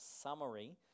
summary